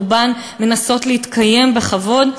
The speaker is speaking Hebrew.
רובן מנסות להתקיים בכבוד,